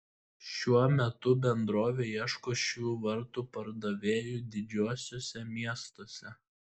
šiuo metu bendrovė ieško šių vartų pardavėjų didžiuosiuose miestuose